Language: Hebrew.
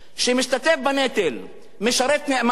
שמשתתף בנטל, משרת נאמנה.